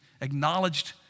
acknowledged